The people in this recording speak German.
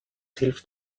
hilft